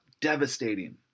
Devastating